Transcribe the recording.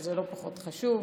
שזה לא פחות חשוב.